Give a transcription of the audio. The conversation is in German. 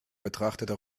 betrachtete